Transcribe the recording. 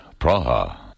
Praha